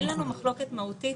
אין לנו מחלוקת מהותית.